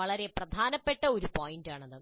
വളരെ പ്രധാനപ്പെട്ട ഒരു പോയിന്റാണിത്